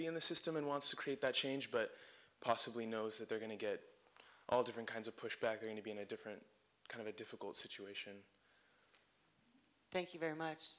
be in the system and wants to create that change but possibly knows that they're going to get all different kinds of pushback going to be in a different kind of a difficult situation thank you very much